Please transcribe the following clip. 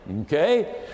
Okay